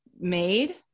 made